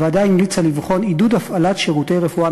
הוועדה המליצה לבחון עידוד הפעלת שירותי רפואה